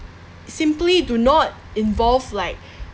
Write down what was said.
simply do not involve like